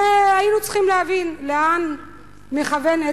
והיינו צריכים להבין לאן מכוונת